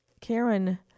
karen